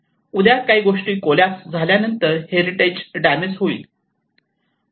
उद्या काही गोष्टी कोल्याप्स झाल्यातर हेरिटेज डॅमेज होईल